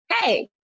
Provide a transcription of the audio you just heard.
Hey